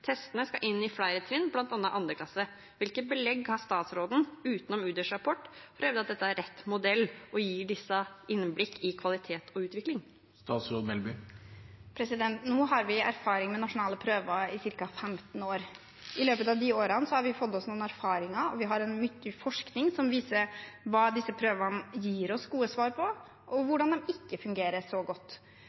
Testene skal inn på flere trinn, bl.a. 2. klasse. Hvilket belegg har statsråden, utenom Utdanningsdirektoratets rapport, for å hevde at dette er rett modell for å gi disse innblikk i kvalitet og utvikling? Nå har vi erfaring med nasjonale prøver i ca. 15 år. I løpet av disse årene har vi fått noen erfaringer. Vi har mye forskning som viser hva disse prøvene gir oss gode svar på, og hvordan de ikke fungerer så godt.